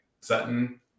Sutton